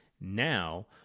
Now